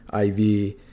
iv